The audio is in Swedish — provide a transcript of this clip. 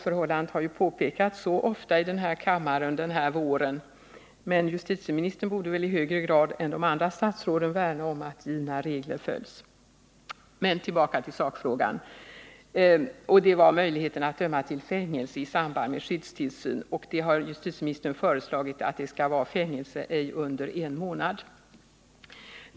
Förhållandet har ju påpekats ofta i kammaren under den här våren, och justitieministern borde väl i högre grad än de andra statsråden värna om att givna regler följs! Men tillbaka till sakfrågan — möjligheten att döma till fängelse i samband med skyddstillsyn — där justitieministern har föreslagit att det skall vara fängelse, ej under en månad.